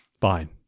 fine